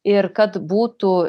ir kad būtų